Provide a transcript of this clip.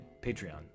Patreon